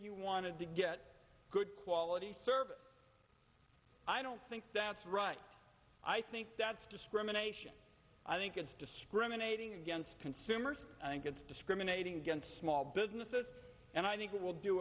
you wanted to get good quality service i don't think that's right i think that's discrimination i think it's discriminating against consumers i think it's discriminating against small businesses and i think it will do